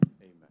Amen